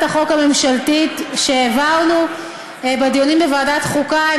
החוק הממשלתית שהעברנו בדיונים בוועדת החוקה.